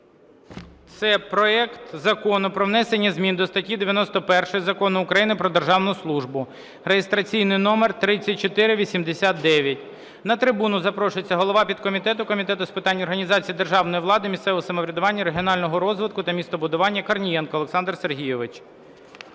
це проект Закону про внесення змін до статті 91 Закону України "Про державну службу" (реєстраційний номер 3489). На трибуну запрошується голова підкомітету Комітету з питань організації державної влади, місцевого самоврядування, регіонального розвитку та містобудування Корнієнко Олександр Сергійович.